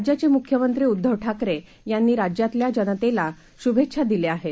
राज्याचेमुख्यमंत्रीउद्धवठाकरेयांनीराज्यातल्याजनतेलाशुभेच्छादिल्याआहेत